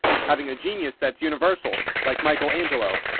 having a genius that is universal, like michael angelo.